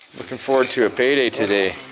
looking forward to a payday today.